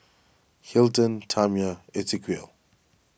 Hilton Tamya Esequiel